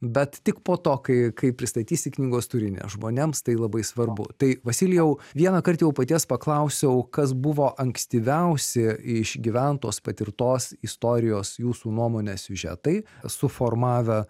bet tik po to kai kai pristatysi knygos turinį žmonėms tai labai svarbu tai vasilijau vienąkart jau paties paklausiau kas buvo ankstyviausi išgyventos patirtos istorijos jūsų nuomone siužetai suformavę